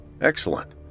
Excellent